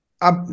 up